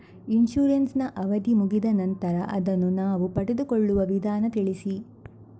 Insurance ನ ಅವಧಿ ಮುಗಿದ ನಂತರ ಅದನ್ನು ನಾವು ಪಡೆದುಕೊಳ್ಳುವ ವಿಧಾನ ತಿಳಿಸಿ?